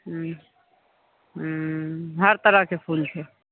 हूँ हूँ हर तरहके फूल छै